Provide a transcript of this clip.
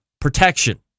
protection